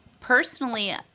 personally